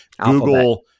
Google